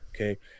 Okay